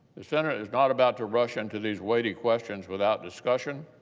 the senate is not about to rush into these weighty questions without discussion,